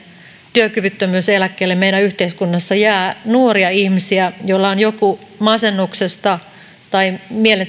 työkyvyttömyyseläkkeelle meidän yhteiskunnassa jää nuoria ihmisiä joilla on joku masennuksesta tai